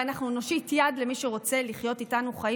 ואנחנו נושיט יד למי שרוצה לחיות איתנו חיים